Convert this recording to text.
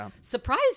surprise